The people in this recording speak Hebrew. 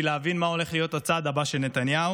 להבין מה הולך להיות הצעד הבא של נתניהו.